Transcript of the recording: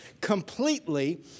completely